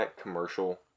commercial